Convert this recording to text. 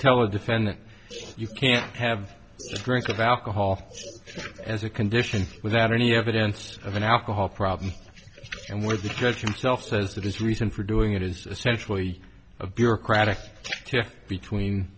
tell a defendant you can't have a drink of alcohol as a condition without any evidence of an alcohol problem and where the judge himself says that his reason for doing it is essentially a bureaucratic tiff between